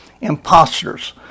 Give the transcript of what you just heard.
Imposters